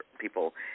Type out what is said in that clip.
people